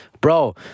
Bro